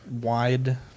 wide